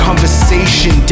Conversation